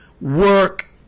work